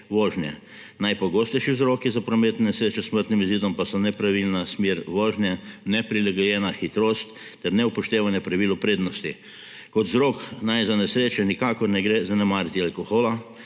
Najpogostejši vzroki za prometne nesreče s smrtnim izidom pa so nepravilna smer vožnje, neprilagojena hitrost ter neupoštevanje pravil v prednosti. Kot vzrok za nesreče nikakor naj ne gre zanemariti alkohola